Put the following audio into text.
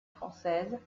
françaises